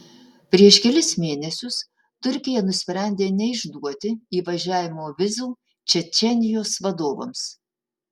prieš kelis mėnesius turkija nusprendė neišduoti įvažiavimo vizų čečėnijos vadovams